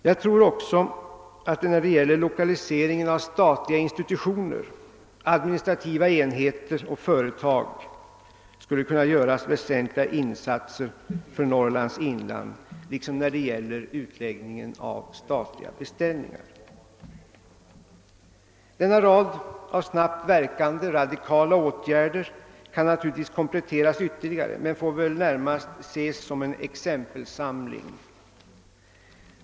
Jag tror också att det vid lokaliseringen av statliga institutioner, administrativa enheter och företag skulle kunna göras väsentliga insatser för Norrlands inland liksom beträffande utläggningen av statliga beställningar. Denna rad av snabbt verkande radikala åtgärder kan kompletteras ytterligare; den får närmast ses som en exempelsamling.